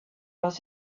was